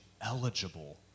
eligible